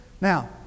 Now